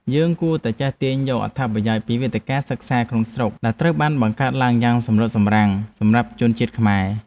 យើងគួរតែចេះទាញយកអត្ថប្រយោជន៍ពីវេទិកាសិក្សាក្នុងស្រុកដែលត្រូវបានបង្កើតឡើងយ៉ាងសម្រិតសម្រាំងសម្រាប់ជនជាតិខ្មែរ។